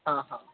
हा हा